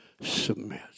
submit